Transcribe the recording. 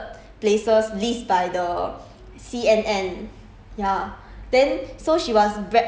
I think visited three out of the seven most haunted places list by the